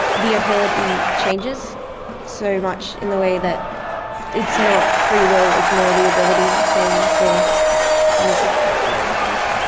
the ability changes so much in the way that it's not free will, it's more the ability playing the kind of role, i guess.